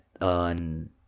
on